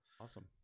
awesome